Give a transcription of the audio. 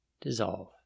dissolve